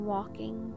walking